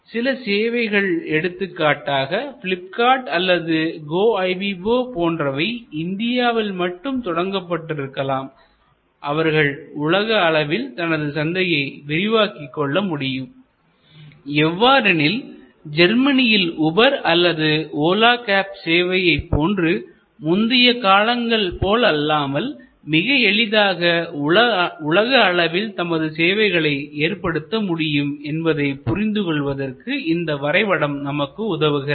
சில சேவைகள் எடுத்துக்காட்டாக பிளிப்கார்ட் அல்லது கோஐபிபோ போன்றவை இந்தியாவில் மட்டும் தொடங்கப்பட்டு இருக்கலாம் அவர்கள் உலக அளவில் தனது சந்தையை விரிவாக்கிக் கொள்ள முடியும் எவ்வாறெனில் ஜெர்மனியில் உபர் அல்லது ஓலா கேப்ஸ் சேவை போன்று முந்தைய காலங்கள் போலல்லாமல் மிக எளிதாக உலக அளவில் தமது சேவைகளை ஏற்படுத்த முடியும் என்பதை புரிந்து கொள்வதற்கு இந்த வரைபடம் நமக்கு உதவுகிறது